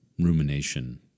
rumination